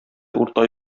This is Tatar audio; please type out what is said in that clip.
урта